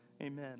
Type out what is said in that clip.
Amen